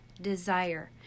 desire